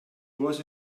was